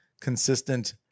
consistent